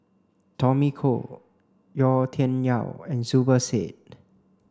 Tommy Koh Yau Tian Yau and Zubir Said